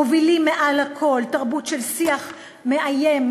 מובילים מעל לכול תרבות של שיח מאיים,